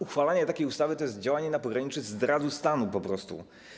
Uchwalanie takiej ustawy to jest działanie na pograniczu zdrady stanu po prostu.